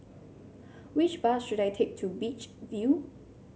which bus should I take to Beach View